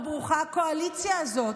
או ברוכה הקואליציה הזאת,